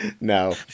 no